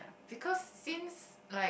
because since like